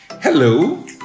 Hello